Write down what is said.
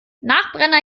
nachbrenner